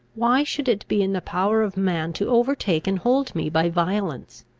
why should it be in the power of man to overtake and hold me by violence?